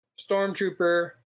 stormtrooper